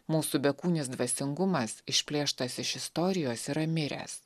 mūsų bekūnis dvasingumas išplėštas iš istorijos yra miręs